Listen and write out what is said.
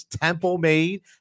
temple-made